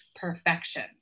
perfection